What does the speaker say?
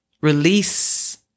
Release